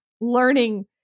learning